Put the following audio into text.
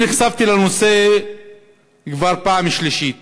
אני נחשפתי לנושא כבר פעם שלישית.